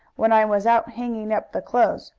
when i was out hanging up the clothes,